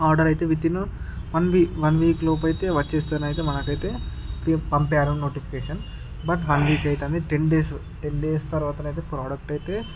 order అయితే within one week లోపు అయితే వచ్చేస్తనైతే మనకైతే పంపారు నోటిఫికేషన్ బట్ వన్ వీక్ అయితుంది టెన్ డేస్ టెన్ డేస్ తర్వాతనైతే ప్రోడక్ట్ అయితే